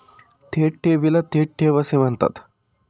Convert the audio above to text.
थेट ठेवीला थेट ठेव असे म्हणतात